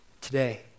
Today